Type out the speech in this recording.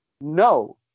No